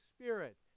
Spirit